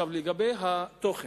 לגבי התוכן,